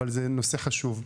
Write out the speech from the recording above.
אבל זה נושא חשוב.